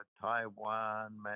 Taiwan